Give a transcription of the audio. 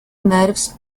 nerves